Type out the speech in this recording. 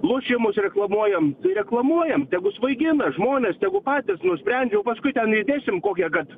lošimus reklamuojam reklamuojam tegu svaigina žmonės tegu patys nusprendžia o paskui ten įdėsim kokią kad